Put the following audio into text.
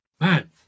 man